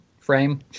Frame